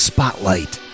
Spotlight